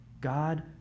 God